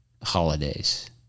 holidays